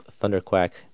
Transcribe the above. thunderquack